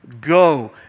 Go